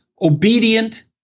obedient